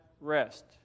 rest